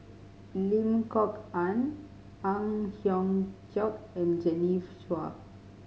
Lim Kok Ann Ang Hiong Chiok and Chua